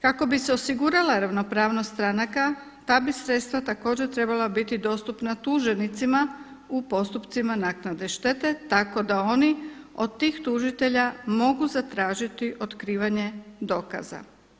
Kako bi se osigurala ravnopravnost stranaka ta bi sredstva također trebala biti dostupna tuženicima u postupcima naknade štete, tako da oni od tih tužitelja mogu zatražiti otkrivanje dokaza.